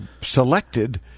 selected